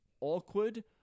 awkward